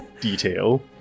detail